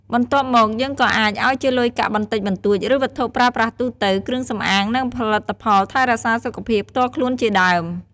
បន្ទាប់មកយើងក៏អាច អោយជាលុយកាក់បន្តិចបន្តួច ឬវត្ថុប្រើប្រាស់ទូទៅ គ្រឿងសម្អាង និងផលិតផលថែរក្សាសុខភាពផ្ទាល់ខ្លួនជាដើម។